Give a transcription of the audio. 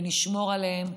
ונשמור עליהם,